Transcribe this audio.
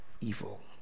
evil